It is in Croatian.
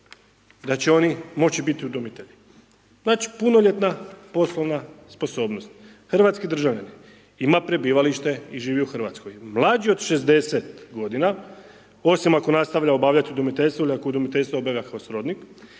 da će oni moći biti udomitelji. Znači, punoljetna poslovna sposobnost. Hrvatski državljani, ima prebivalište i živi u RH, mlađi od 60 godina, osim ako nastavlja obavljati udomiteljstvo ili ako udomiteljstvo obavlja kao srodnik